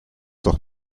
doch